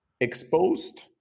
Exposed